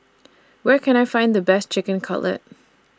Where Can I Find The Best Chicken Cutlet